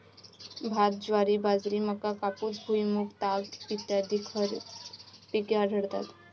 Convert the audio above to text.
भात, ज्वारी, बाजरी, मका, कापूस, भुईमूग, ताग इ खरीप पिके आहेत